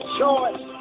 choice